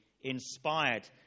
inspired